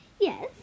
yes